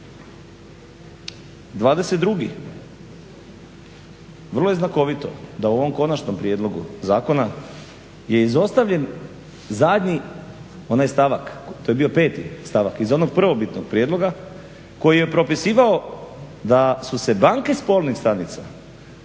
22. vrlo je znakovito da u ovom konačnom prijedlogu zakona je izostavljen zadnji onaj stavak, to je bio 5. stavak, iz onog prvobitnog prijedloga koji je propisivao da su se banke spolnih stanica,